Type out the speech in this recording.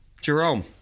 Jerome